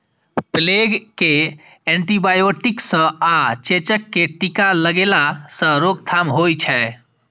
plague कें antibiotic सं आ चेचक कें टीका लगेला सं रोकथाम होइ छै